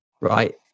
right